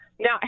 Now